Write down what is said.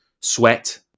sweat